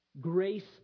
grace